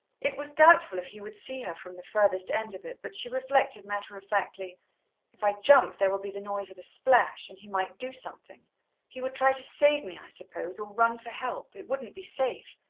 it was doubtful if he would see her from the furthest end of it, but she reflected matter-of-factly if i jump there will be the noise of a splash and he might do something he would try to save me, i suppose or run for help. it wouldn't be safe.